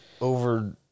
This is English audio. over